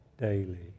daily